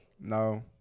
no